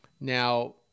Now